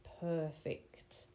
perfect